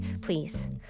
please